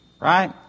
right